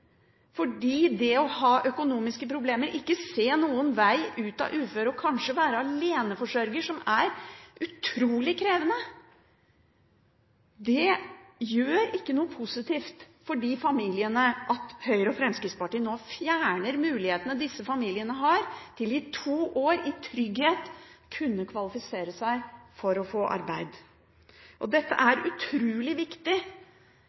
fordi det å ha økonomiske problemer, ikke å se noen vei ut av uføret og kanskje være aleneforsørger, er utrolig krevende. Det gjør ikke noe positivt for de familiene at Høyre og Fremskrittspartiet nå vil fjerne mulighetene disse familiene har, til, i to år, i trygghet å kunne kvalifisere seg for å få arbeid. Dette er utrolig viktig – en viktig ordning – og